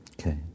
Okay